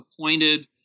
appointed